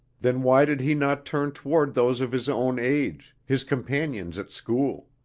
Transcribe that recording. then why did he not turn toward those of his own age, his companions at school?